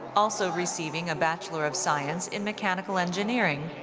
also receiving a bachelor of science in mechanical engineering.